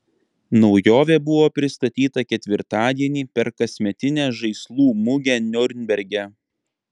naujovė buvo pristatyta ketvirtadienį per kasmetinę žaislų mugę niurnberge